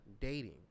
dating